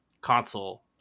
console